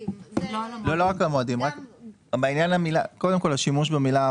אבל עדיין במקור ביקשתם שאלה יהיו 90